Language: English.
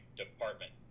department